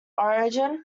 origin